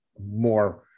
more